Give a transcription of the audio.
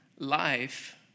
life